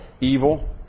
evil